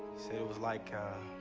said it was like. a